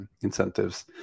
incentives